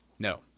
No